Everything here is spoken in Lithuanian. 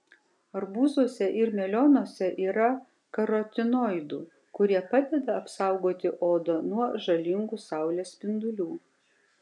arbūzuose ir melionuose yra karotinoidų kurie padeda apsaugoti odą nuo žalingų saulės spindulių